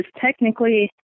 technically